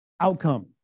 outcome